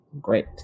great